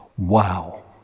Wow